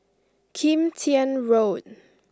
Kim Tian Road